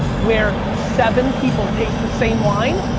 where seven people taste the same wine,